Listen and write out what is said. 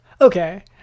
Okay